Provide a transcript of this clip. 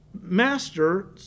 master